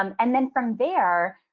um and then from there,